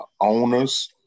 owners